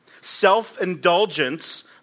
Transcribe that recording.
Self-indulgence